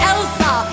Elsa